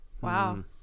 Wow